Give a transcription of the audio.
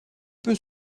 peu